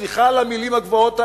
סליחה על המלים הגבוהות האלה,